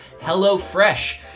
HelloFresh